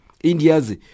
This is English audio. India's